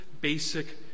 basic